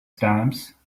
stamps